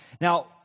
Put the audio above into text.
Now